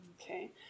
Okay